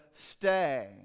stay